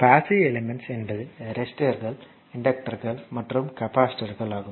passive elements என்பது ரெஸிஸ்டர்கள் இன்டக்டர்கள் மற்றும் கெபாசிட்டர்கள் ஆகும்